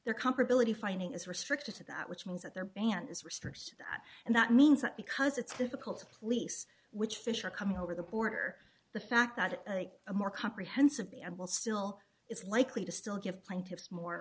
there comparability finding is restricted to that which means that their band is restrict that and that means that because it's difficult to police which fish are coming over the border the fact that it takes a more comprehensive be and will still it's likely to still give plaintiffs more